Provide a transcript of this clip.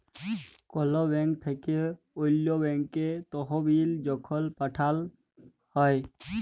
call bank থ্যাইকে অল্য ব্যাংকে তহবিল যখল পাঠাল হ্যয়